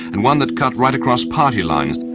and one that cut right across party lines.